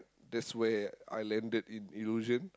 that's where I landed in Illusion